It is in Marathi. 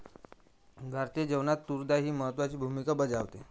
भारतीय जेवणात तूर डाळ ही महत्त्वाची भूमिका बजावते